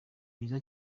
byiza